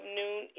noon